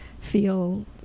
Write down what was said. feel